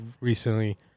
recently